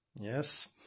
Yes